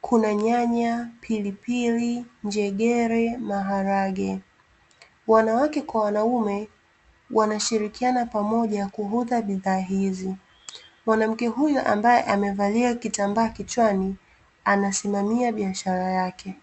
Kuna nyanya, pilipili, njegere, maharage. Wanawake kwa wanaume wanashirikiana pamoja kuuza bidhaa hizi. Mwanamke huyu ambae amevalia kitambaa kichwani, anasimamia biashara yake.